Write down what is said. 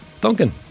Duncan